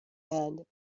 and